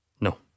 No